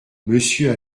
monsieur